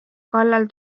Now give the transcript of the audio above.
kallal